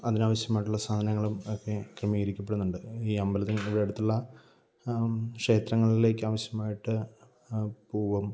അതിനാവശ്യമായിട്ടുള്ള സാധനങ്ങളും ഒക്കെ ക്രമീകരിക്കപ്പെടുന്നുണ്ട് ഈ അമ്പലത്തിന് ഇവിടെ അടുത്തുള്ള ക്ഷേത്രങ്ങളിലേക്ക് ആവശ്യമായിട്ട് പൂവും